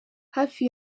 hafi